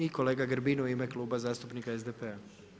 I kolega Grbin u ime kluba zastupnika SDP-a.